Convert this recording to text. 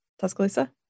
Tuscaloosa